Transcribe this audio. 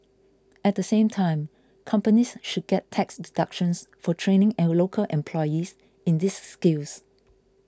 at the same time companies should get tax deductions for training and local employees in these skills